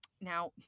now